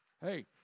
Hey